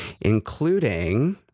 including